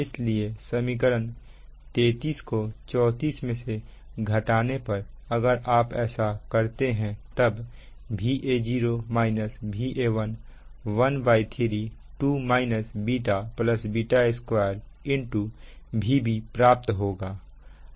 इसलिए समीकरण 33 को 34 में से घटाने पर अगर आप ऐसा करते हैं तब Va0 Va1 13 2 β β2 Vb प्राप्त होगा